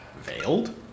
Veiled